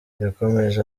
yakomeje